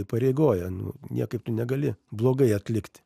įpareigoja nu niekaip negali blogai atlikti